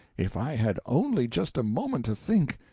if i had only just a moment to think.